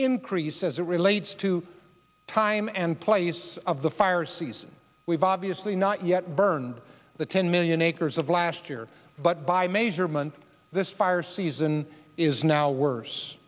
increase as it relates to time and place of the fire season we've obviously not yet burned the ten million acres of last year but by measurement this fire season is now worse